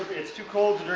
it's too cold